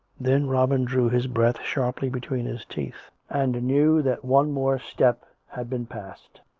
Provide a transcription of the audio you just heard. then robin drew his breath sharply between his teeth and knew that one more step had been passed,